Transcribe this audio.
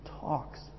talks